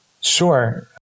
Sure